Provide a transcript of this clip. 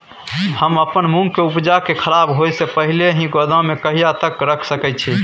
हम अपन मूंग के उपजा के खराब होय से पहिले ही गोदाम में कहिया तक रख सके छी?